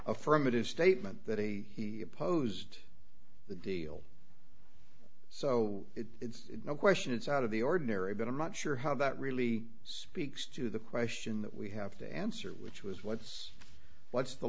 affirmative statement that he opposed the deal so it's no question it's out of the ordinary but i'm not sure how that really speaks to the question that we have to answer which was what's what's the